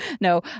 No